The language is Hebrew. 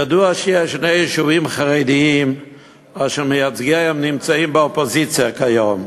ידוע שיש שני יישובים חרדיים אשר מייצגיהם נמצאים באופוזיציה כיום.